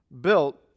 built